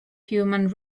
human